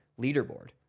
leaderboard